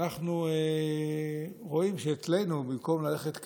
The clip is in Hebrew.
אנחנו רואים שאצלנו במקום ללכת קדימה,